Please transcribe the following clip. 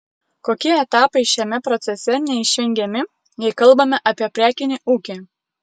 kokie etapai šiame procese neišvengiami jei kalbame apie prekinį ūkį